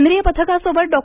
केंद्रीय पथकासोबत डॉ